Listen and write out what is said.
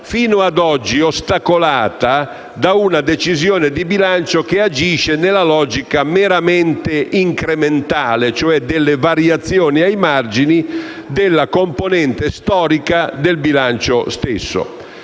fino ad oggi ostacolata da una decisione di bilancio che agisce nella logica meramente incrementale, cioè delle variazioni ai margini della componente storica del bilancio stesso.